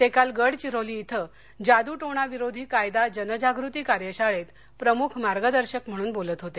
ते काल गडघिरोली इथं जादूटोणाविरोधी कायदा जनजागृती कार्यशाळेत प्रमुख मार्गदर्शक म्हणून बोलत होते